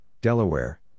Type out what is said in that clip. Delaware